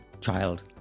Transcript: child